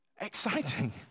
exciting